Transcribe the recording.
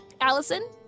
Allison